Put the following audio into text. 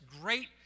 great